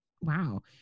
Wow